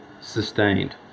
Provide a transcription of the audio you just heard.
sustained